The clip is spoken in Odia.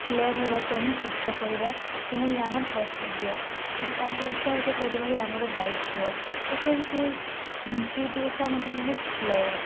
ପ୍ଲେୟାର୍ ହେବାକୁ ଆମେ ଚେଷ୍ଟା କରିବା ଏହା ହିଁ ଆମର କର୍ତ୍ତବ୍ୟ ଏବଂ ତାଙ୍କୁ ଉତ୍ସାହିତ କରିବା ହିଁ ଆମର ଦାୟିତ୍ୱ ତ ସେମିତି ପି ଟି ଓଷା ମଧ୍ୟ ଜଣେ ପ୍ଲେୟାର୍